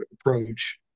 approach